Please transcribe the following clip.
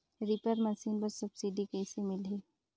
Reaper machine बर subsidy कइसे मिलही?